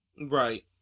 Right